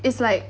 is like